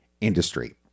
industry